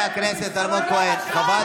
אתה לא רצוי פה.